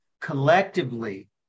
collectively